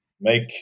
make